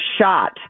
shot